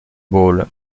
bowl